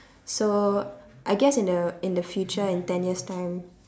so I guess in the in the future in ten years time